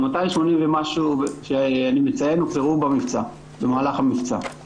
ה-280 ומשהו שאני מציין הוחזרו במהלך המבצע,